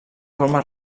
forma